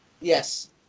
Yes